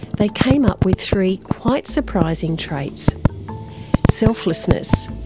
they came up with three quite surprising traits selflessness,